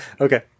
okay